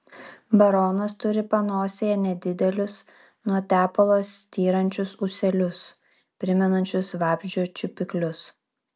baronas turi panosėje nedidelius nuo tepalo styrančius ūselius primenančius vabzdžio čiupiklius